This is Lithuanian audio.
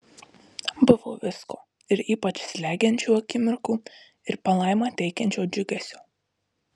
buvo visko ir ypač slegiančių akimirkų ir palaimą teikiančio džiugesio